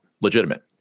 legitimate